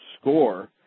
score